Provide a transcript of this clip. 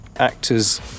actors